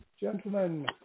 gentlemen